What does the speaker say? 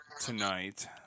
tonight